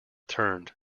turned